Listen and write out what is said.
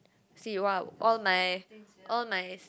see !wow! all my all nice